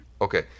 Okay